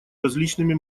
различными